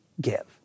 give